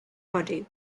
body